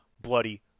Bloody